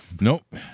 Nope